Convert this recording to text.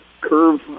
curve